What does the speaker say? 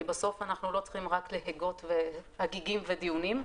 כי בסוף אנחנו לא צריכים רק להגות הגיגים ודיונים,